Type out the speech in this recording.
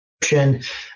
description